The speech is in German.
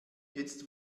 jetzt